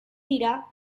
dira